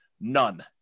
None